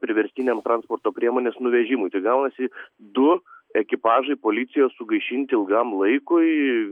priverstiniam transporto priemonės nuvežimui tai gaunasi du ekipažai policijos sugaišinti ilgam laikui